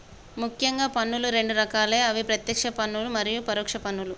ముఖ్యంగా పన్నులు రెండు రకాలే అవి ప్రత్యేక్ష పన్నులు మరియు పరోక్ష పన్నులు